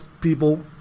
people